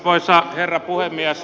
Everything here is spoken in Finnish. arvoisa herra puhemies